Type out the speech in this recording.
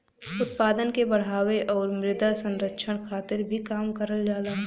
उत्पादन के बढ़ावे आउर मृदा संरक्षण खातिर भी काम करल जाला